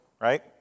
right